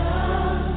Love